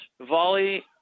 Volley